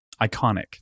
Iconic